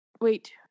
wait